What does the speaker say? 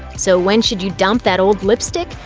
so when should you dump that old lipstick?